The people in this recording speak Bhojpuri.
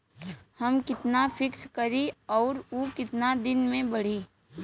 हम कितना फिक्स करी और ऊ कितना दिन में बड़ी?